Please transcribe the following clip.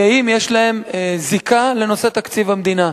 הוא אם יש להם זיקה לנושא תקציב המדינה.